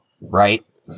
right